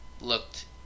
looked